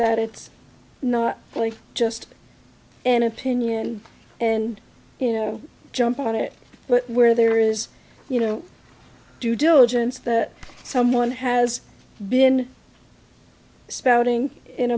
that it's not just an opinion and you know jump on it but where there is you know due diligence that someone has been spouting in